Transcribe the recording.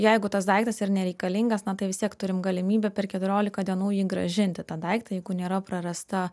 jeigu tas daiktas ir nereikalingas na tai vis tiek turim galimybę per keturiolika dienų jį grąžinti tą daiktą jeigu nėra prarasta